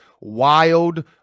wild